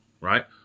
right